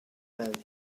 land